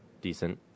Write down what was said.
decent